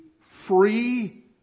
free